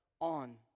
on